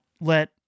let